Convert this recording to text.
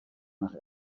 nach